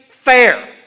Fair